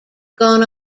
gone